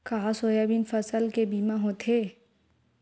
का सोयाबीन फसल के बीमा होथे?